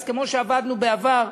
אז כמו שעבדנו בעבר,